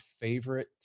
favorite